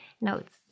notes